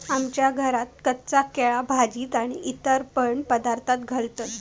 आमच्या घरात कच्चा केळा भाजीत आणि इतर पण पदार्थांत घालतत